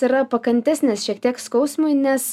yra pakantesnės šiek tiek skausmui nes